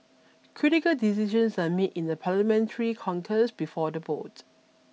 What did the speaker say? critical decisions are made in a Parliamentary caucus before the vote